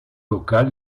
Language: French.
local